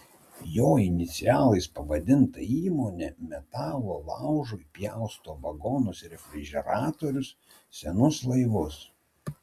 jo inicialais pavadinta įmonė metalo laužui pjausto vagonus refrižeratorius senus laivus